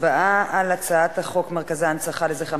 הצבעה על הצעת חוק מרכזי ההנצחה לזכרם